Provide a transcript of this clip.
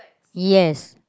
yes